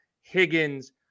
Higgins